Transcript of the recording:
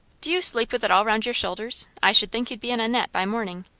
do you sleep with it all round your shoulders? i should think you'd be in a net by morning.